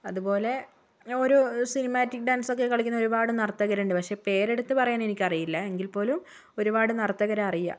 അതുപോലെ ഓരോ cinematic dance ഒക്കെ കളിക്കുന്ന ഒരുപാട് നർത്തകരുണ്ട് പക്ഷെ പേരെടുത്ത് പറയാൻ എനിക്ക് അറിയില്ല എങ്കിൽപ്പോലും ഒരുപാട് നർത്തകരെ അറിയാം